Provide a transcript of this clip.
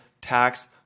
tax